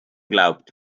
glaubt